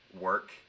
work